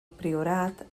priorat